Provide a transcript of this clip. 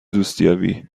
دوستیابی